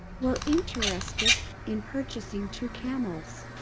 we're interested in purchasing two camels.